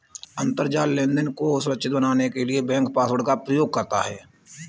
अंतरजाल लेनदेन को सुरक्षित बनाने के लिए बैंक पासवर्ड का प्रयोग करता है